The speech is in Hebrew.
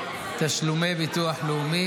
בתשלומי ביטוח לאומי.